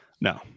No